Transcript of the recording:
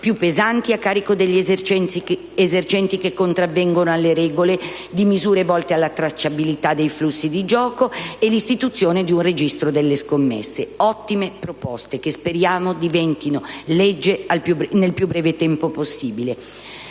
più pesanti a carico degli esercenti che contravvengono alle regole, di misure volte alla tracciabilità dei flussi di gioco e con l'istituzione di un registro delle scommesse. Ottime proposte, che speriamo diventino legge nel più breve tempo possibile.